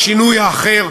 השינוי האחר,